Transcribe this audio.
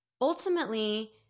Ultimately